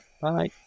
Bye